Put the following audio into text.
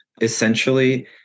essentially